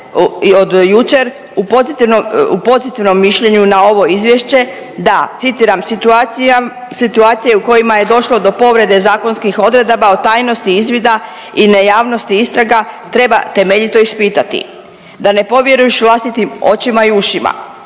od jučer u pozitivnom mišljenju na ovo Izvješće da citiram, situacija u kojima je došlo do povrede zakonskih odredaba o tajnosti izvida i nejavnosti istraga treba temeljito ispitati. Da ne povjeruješ vlastitim očima i ušima.